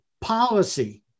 policy